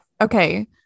okay